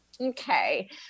okay